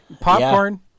Popcorn